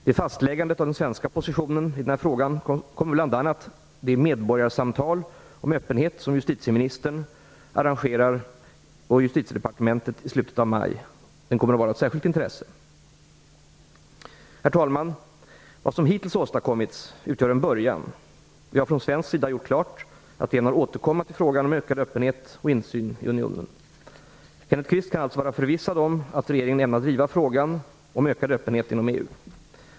Vid fastläggandet av den svenska positionen i den här frågan kommer bl.a. de medborgarsamtal om öppenhet som justitieministern och Justitiedepartementet arrangerar i slutet av maj att vara av särskilt intresse. Herr talman! Vad som hittills åstadkommits utgör en början. Vi har från svensk sida gjort klart att vi ämnar återkomma till frågan om ökad öppenhet och insyn i unionen. Kenneth Kvist kan alltså vara förvissad om att regeringen ämnar driva frågan om ökad öppenhet inom EU.